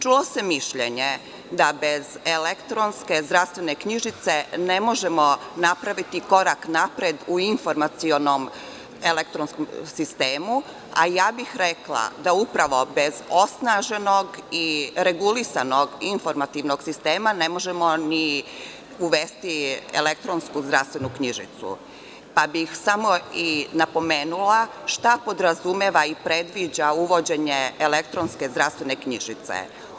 Čulo se mišljenje da bez elektronske zdravstvene knjižice ne možemo napraviti korak napred u informacionom elektronskom sistemu, a ja bih rekla da upravo bez osnaženog i regulisanog informativnog sistema ne možemo uvesti elektronsku zdravstvenu knjižicu, pa bih samo napomenula šta podrazumeva i predviđa uvođenje elektronske zdravstvene knjižice.